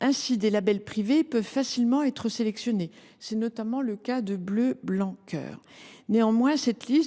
Ainsi, des labels privés peuvent facilement être sélectionnés. C’est notamment le cas de « Bleu Blanc Cœur ». Néanmoins,